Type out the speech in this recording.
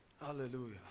Hallelujah